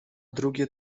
drugie